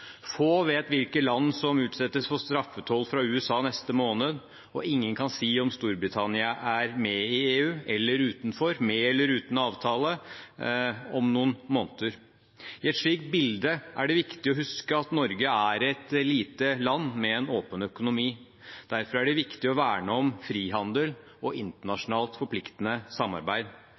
Få vet hvilke land som utsettes for straffetoll fra USA neste måned, og ingen kan si om Storbritannia er med i EU eller er utenfor, med eller uten avtale, om noen måneder. I et slikt bilde er det viktig å huske at Norge er et lite land med en åpen økonomi. Derfor er det viktig å verne om frihandel og internasjonalt forpliktende samarbeid.